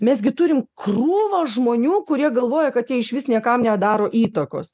mes gi turim krūvą žmonių kurie galvoja kad jie išvis niekam nedaro įtakos